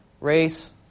race